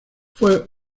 fue